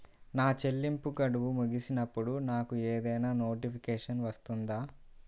నా చెల్లింపు గడువు ముగిసినప్పుడు నాకు ఏదైనా నోటిఫికేషన్ వస్తుందా?